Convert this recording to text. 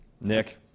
Nick